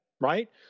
right